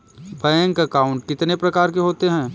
Bank account कितने प्रकार के होते हैं?